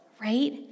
right